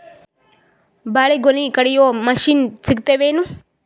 ಬಾಳಿಗೊನಿ ಕಡಿಯು ಮಷಿನ್ ಸಿಗತವೇನು?